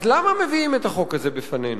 אז למה מביאים את החוק הזה בפנינו?